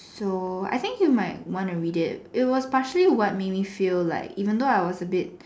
so I think you might want to read it it was partially what made me feel like even though I as a bit